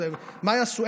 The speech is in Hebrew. מה יעשו?